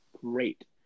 great